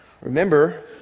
Remember